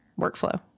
workflow